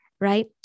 right